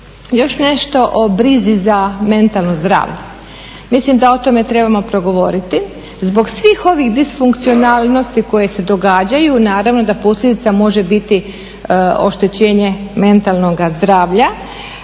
Još nešto o brizi za mentalno zdravlje. Mislim da o tome trebamo progovoriti. Zbog svih ovih disfunkcionalnosti koje se događaju naravno da posljedica može biti oštećenje mentalnog zdravlja.